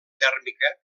tèrmica